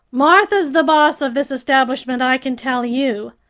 martha's the boss of this establishment i can tell you.